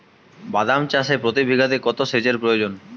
বাদাম চাষে প্রতি বিঘাতে কত সেচের প্রয়োজন?